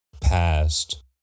past